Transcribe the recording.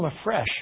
afresh